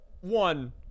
one